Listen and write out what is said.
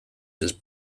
his